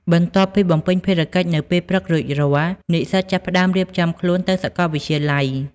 បន្ទាប់ពីបំពេញភារកិច្ចនៅពេលព្រឹករួចរាល់ និស្សិតចាប់ផ្ដើមរៀបចំខ្លួនទៅសាកលវិទ្យាល័យ។